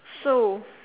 so